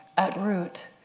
at root,